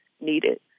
needed